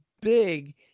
big